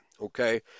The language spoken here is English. okay